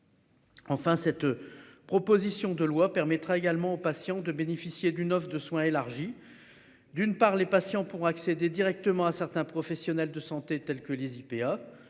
Enfin cette. Proposition de loi permettra également aux patients de bénéficier d'une offre de soins élargie. D'une part les patients pourront accéder directement à certains professionnels de santé tels que les IPA